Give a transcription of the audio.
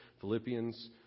Philippians